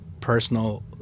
personal